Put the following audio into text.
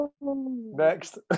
Next